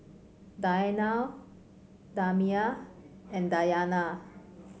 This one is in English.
Danial Damia and Dayana